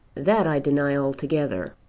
that i deny altogether.